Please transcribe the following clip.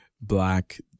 black